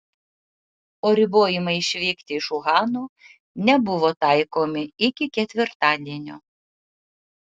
o ribojimai išvykti iš uhano nebuvo taikomi iki ketvirtadienio